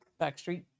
Backstreet